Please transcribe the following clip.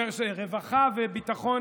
רווחה וביטחון,